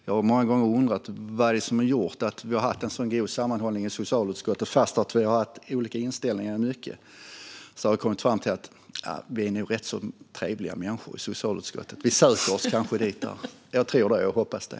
Jag har många gånger undrat: Vad är det som har gjort att vi har haft en sådan god sammanhållning i socialutskottet fast vi har haft olika inställningar i mycket? Jag har kommit fram till att vi nog är rätt så trevliga människor i socialutskottet. Vi söker oss kanske dit. Jag tror det och hoppas det.